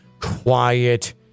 quiet